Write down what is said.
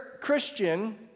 Christian